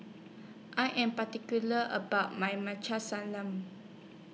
I Am particular about My